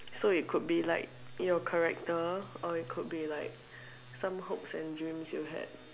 so it could be like your character or it could be like some hopes and dreams you had